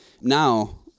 Now